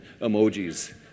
emojis